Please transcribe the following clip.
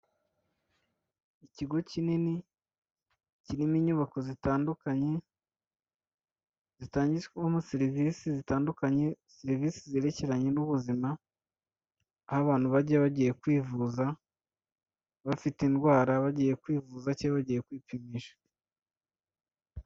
Ikigo kinini kirimo inyubako zitandukanye zitangizwamo serivisi zitandukanye, Serivisi zerekeranye n'ubuzima aho abantu bajya bagiye kwivuza, bafite indwara bagiye kwivuza cyangwa bagiye kwipimisha.